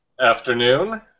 Afternoon